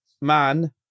man